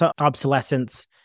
obsolescence